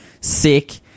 sick